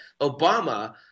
Obama